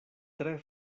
tre